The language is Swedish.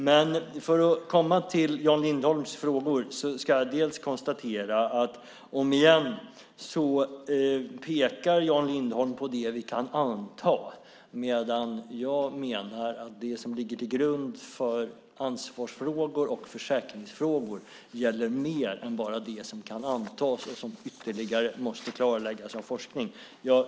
För att komma till Jan Lindholms frågor kan jag konstatera att Jan Lindholm om igen pekar på det vi kan anta, medan jag menar att det som ligger till grund för ansvarsfrågor och försäkringsfrågor gäller mer än bara det som kan antas och som måste klarläggas ytterligare genom forskning.